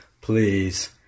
Please